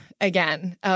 again